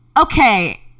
Okay